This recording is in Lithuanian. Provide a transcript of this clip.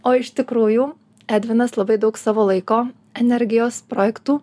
o iš tikrųjų edvinas labai daug savo laiko energijos projektų